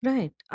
Right